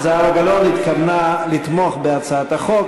זהבה גלאון התכוונה לתמוך בהצעת החוק,